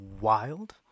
wild